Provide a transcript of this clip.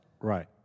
right